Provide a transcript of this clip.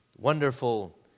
wonderful